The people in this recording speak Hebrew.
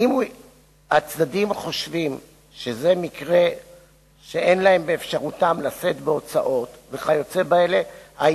אם הצדדים חושבים שזה מקרה שאין באפשרותם לשאת בהוצאות וכיוצא באלה,